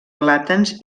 plàtans